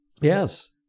Yes